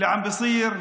העם שלנו